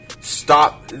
Stop